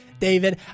David